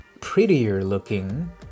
prettier-looking